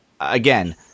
again